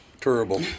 Terrible